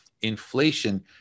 Inflation